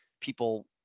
people –